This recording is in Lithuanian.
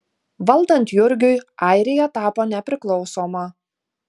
valdant jurgiui airija tapo nepriklausoma